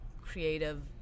creative